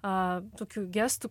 a tokių gestų